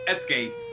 escape